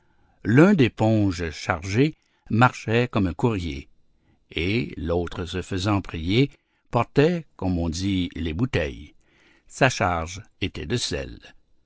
l'un d'épongés chargé marchait comme un courrier et l'autre se faisant prier portait comme on dit les bouteilles sa charge était de sel